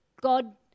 God